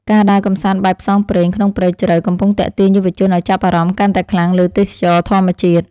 ការដើរកម្សាន្តបែបផ្សងព្រេងក្នុងព្រៃជ្រៅកំពុងទាក់ទាញយុវជនឱ្យចាប់អារម្មណ៍កាន់តែខ្លាំងលើទេសចរណ៍ធម្មជាតិ។